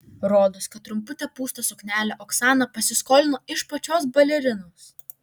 rodos kad trumputę pūstą suknelę oksana pasiskolino iš pačios balerinos